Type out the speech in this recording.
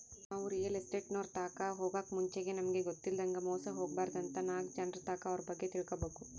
ನಾವು ರಿಯಲ್ ಎಸ್ಟೇಟ್ನೋರ್ ತಾಕ ಹೊಗಾಕ್ ಮುಂಚೆಗೆ ನಮಿಗ್ ಗೊತ್ತಿಲ್ಲದಂಗ ಮೋಸ ಹೊಬಾರ್ದಂತ ನಾಕ್ ಜನರ್ತಾಕ ಅವ್ರ ಬಗ್ಗೆ ತಿಳ್ಕಬಕು